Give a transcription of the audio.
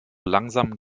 langsam